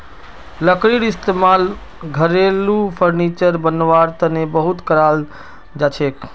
लकड़ीर इस्तेमाल घरेलू फर्नीचर बनव्वार तने बहुत कराल जाछेक